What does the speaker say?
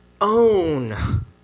own